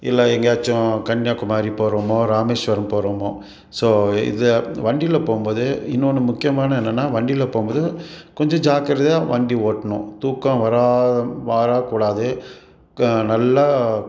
இல்லை எங்கையாச்சும் கன்னியாகுமாரி போகிறோமோ ராமேஷ்வரம் போகிறோமோ ஸோ இதை வண்டியில் போகும்போது இன்னோன்று முக்கியமானது என்னென்னால் வண்டியில் போகும்போது கொஞ்சம் ஜாக்கிரதையாக வண்டி ஓட்டணும் தூக்கம் வராத வரக்கூடாது க நல்லா